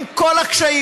עם כל הקשיים,